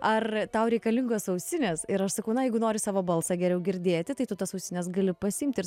ar tau reikalingos ausinės ir aš sakau na jeigu nori savo balsą geriau girdėti tai tu tas ausines gali pasiimti ir